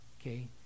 Okay